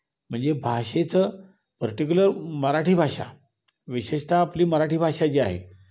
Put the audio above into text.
म्हणजे भाषेचं पर्टिक्युलर मराठी भाषा विशेषत आपली मराठी भाषा जी आहे